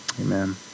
amen